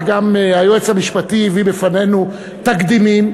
וגם היועץ המשפטי הביא בפנינו תקדימים,